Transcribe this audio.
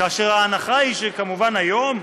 כאשר ההנחה היא שכמובן היום,